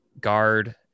guard